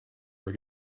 were